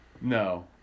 No